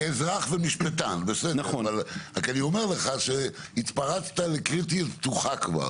אני אומר לך שהתפרצת לדלת פתוחה כבר.